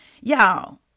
Y'all